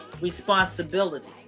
responsibility